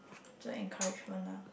so encouragement lah